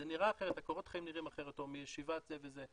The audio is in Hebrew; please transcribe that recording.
או מישיבה זו וזו,